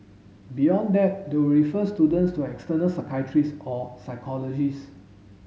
beyond that they will refer students to an external psychiatrist or psychologist